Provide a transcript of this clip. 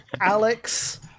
Alex